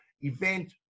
event